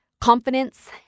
confidence